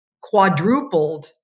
quadrupled